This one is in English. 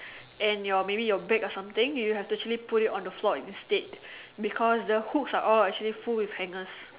and your maybe your bag or something you have to actually put it on the floor instead because the hooks are actually full of all hangers